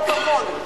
פרוטוקול.